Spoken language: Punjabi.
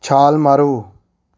ਛਾਲ ਮਾਰੋ